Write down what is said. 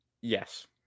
yes